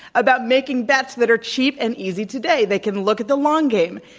about making bets that are cheap and easy today. they can look at the long game.